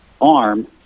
arm